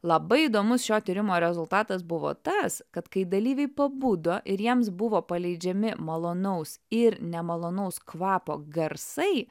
labai įdomus šio tyrimo rezultatas buvo tas kad kai dalyviai pabudo ir jiems buvo paleidžiami malonaus ir nemalonaus kvapo garsai